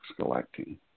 collecting